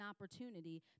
opportunity